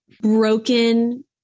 broken